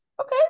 okay